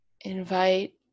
invite